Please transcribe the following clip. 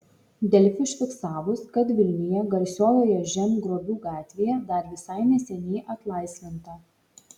delfi užfiksavus kad vilniuje garsiojoje žemgrobių gatvėje dar visai neseniai atlaisvinta